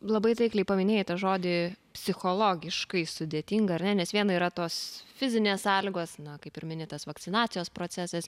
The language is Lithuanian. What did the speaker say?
labai taikliai paminėjai tą žodį psichologiškai sudėtinga ar ne nes viena yra tos fizinės sąlygos na kaip ir mini tas vakcinacijos procesas